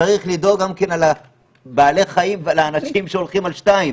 צריך לדאוג גם לבעלי החיים ולאנשים שהולכים על שתיים.